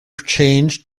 changed